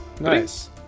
nice